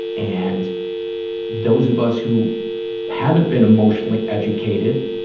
and those of us who haven't been emotionally educated,